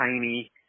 tiny